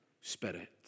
spirit